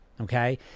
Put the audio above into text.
Okay